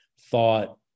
thought